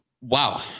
Wow